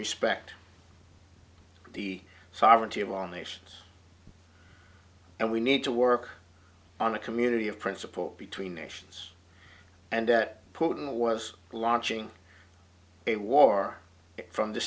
respect the sovereignty of all nations and we need to work on a community of principle between nations and that put in the was launching a war from the